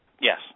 Yes